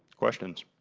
questions.